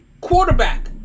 quarterback